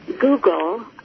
Google